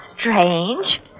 strange